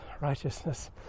righteousness